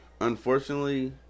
unfortunately